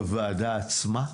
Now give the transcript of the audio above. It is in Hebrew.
בוועדה עצמה.